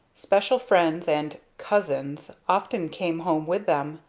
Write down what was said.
special friends and cousins often came home with them,